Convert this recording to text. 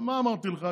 מה אמרתי לך?